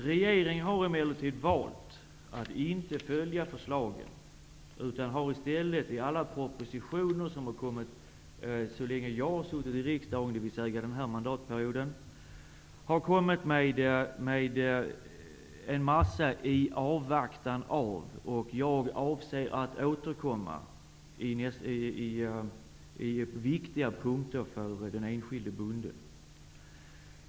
Regeringen har emellertid valt att inte följa förslagen, utan i stället har alla de propositioner som framlagts under den tid som jag har suttit i riksdagen, dvs. under den pågående mandatperioden, på viktiga punkter för den enskilde bonden innehållit uttryck som ''i avvaktan på'' och ''jag avser att återkomma''.